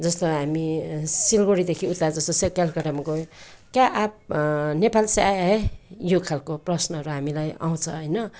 जस्तो हामी सिलगढीदेखि उता जसो कि कलकत्तामा गयौँ क्या आप नेपाल से आया है यो खालको प्रश्नहरू हामीलाई आउँछ होइन